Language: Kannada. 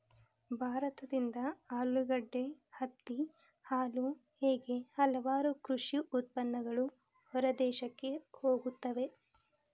ಭಾರತದಿಂದ ಆಲೂಗಡ್ಡೆ, ಹತ್ತಿ, ಹಾಲು ಹೇಗೆ ಹಲವಾರು ಕೃಷಿ ಉತ್ಪನ್ನಗಳು ಹೊರದೇಶಕ್ಕೆ ಹೋಗುತ್ತವೆ